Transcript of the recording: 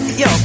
yo